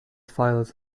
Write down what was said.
files